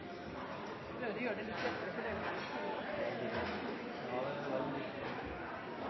å gjøre det på for private. Det